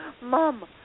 mom